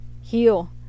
heal